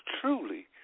truly